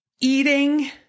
Eating